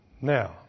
Now